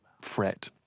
fret